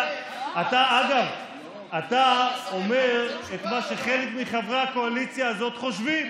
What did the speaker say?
אתה אומר את מה שחלק מחברי הקואליציה הזאת חושבים